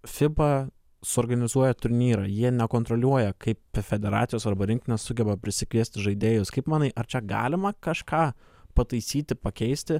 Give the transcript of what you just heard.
fiba suorganizuoja turnyrą jie nekontroliuoja kaip federacijos arba rinktinės sugeba prisikviesti žaidėjus kaip manai ar čia galima kažką pataisyti pakeisti